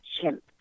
chimp